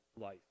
life